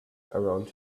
around